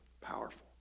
powerful